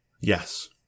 Yes